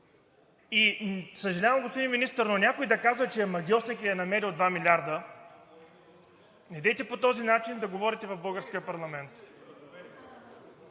Съжалявам, господин Министър, но някой да казва, че е магьосник и е намерил 2 милиарда, недейте по този начин да говорите в българския парламент.